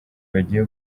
bagiye